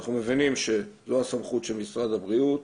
אנחנו מבינים שזו הסמכות של משרד הבריאות,